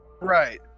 right